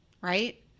right